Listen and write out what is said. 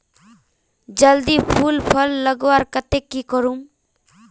जल्दी फूल फल लगवार केते की करूम?